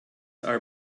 are